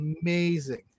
amazing